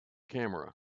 camera